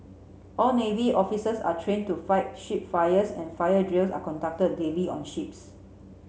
all navy officers are trained to fight ship fires and fire drills are conducted daily on ships